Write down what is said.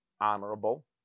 honorable